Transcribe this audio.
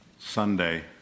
Sunday